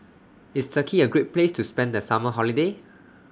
IS Turkey A Great Place to spend The Summer Holiday